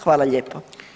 Hvala lijepo.